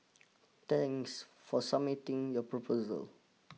thanks for submitting your proposal